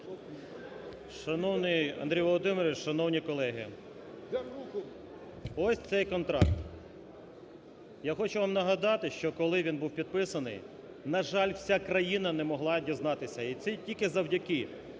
Шановний Андрію Володимировичу, шановні колеги! Ось цей контракт. Я хочу вам нагадати, що коли він був підписаний, на жаль, вся країна не могла дізнатися, і тільки завдяки